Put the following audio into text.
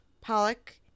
pollock